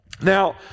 Now